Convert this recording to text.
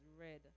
red